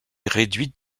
réduite